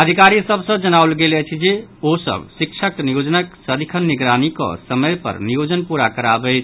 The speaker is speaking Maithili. अधिकारी सभ सॅ जनाओल गेल अछि जे ओ सभ शिक्षक नियोजनक सदिखन निगरानी कऽ समय पर नियोजन पूरा कराबैथ